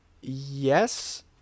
Yes